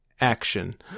action